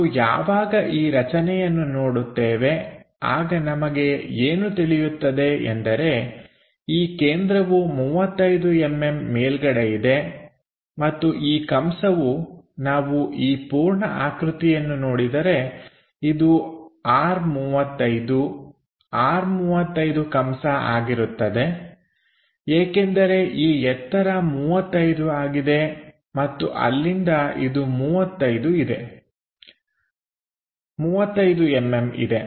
ನಾವು ಯಾವಾಗ ಈ ರಚನೆಯನ್ನು ನೋಡುತ್ತೇವೆ ಆಗ ನಮಗೆ ಏನು ತಿಳಿಯುತ್ತದೆ ಎಂದರೆ ಈ ಕೇಂದ್ರವು 35mm ಮೇಲ್ಗಡೆ ಇದೆ ಮತ್ತು ಈ ಕಂಸವು ನಾವು ಈ ಪೂರ್ಣ ಆಕೃತಿಯನ್ನು ನೋಡಿದರೆ ಇದು R35 R35 ಕಂಸ ಆಗಿರುತ್ತದೆ ಏಕೆಂದರೆ ಈ ಎತ್ತರ 35 ಆಗಿದೆ ಮತ್ತು ಅಲ್ಲಿಂದ ಇದು 35mm ಇದೆ